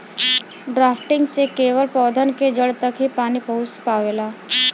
drafting से केवल पौधन के जड़ तक ही पानी पहुँच पावेला